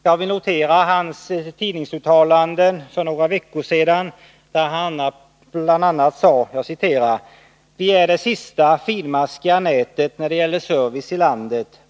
Jag vill notera hans tidningsuttalanden för några veckor sedan, då han bl.a. sade: ”Vi är det sista finmaskiga nätet när det gäller service i landet.